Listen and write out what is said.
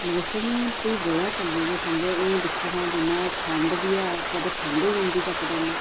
मौसम दी वजह कन्नै समझो हून दिक्खो हां जि'यां ठंड बी ऐ कदें ठंड होई जंदी जकदम